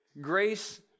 grace